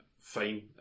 fine